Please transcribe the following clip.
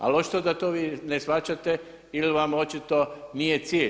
Ali očito da to vi ne shvaćate ili vam očito nije cilj.